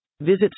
Visit